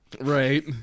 Right